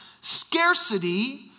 Scarcity